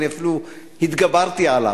אני כבר התגברתי עליו,